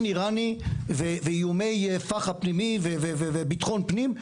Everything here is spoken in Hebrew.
איראני ואיומי פח"ע פנימי ובטחון פנים,